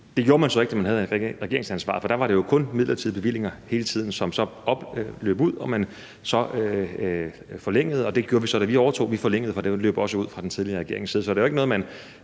Det gjorde man så ikke, da man havde regeringsansvaret. For da var det jo kun midlertidige bevillinger hele tiden, som så løb ud, og som man så forlængede, og det gjorde vi så, da vi overtog. Vi forlængede, for den løb også ud fra den tidligere regerings side. Så det var jo ikke noget, man